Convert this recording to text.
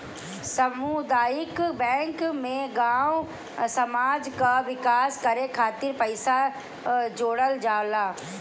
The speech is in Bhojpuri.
सामुदायिक बैंक में गांव समाज कअ विकास करे खातिर पईसा जोड़ल जाला